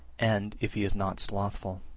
and if he is not slothful.